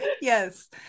Yes